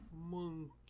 Monkey